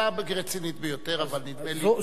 שאלה רצינית ביותר אבל נדמה לי.